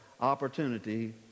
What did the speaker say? opportunity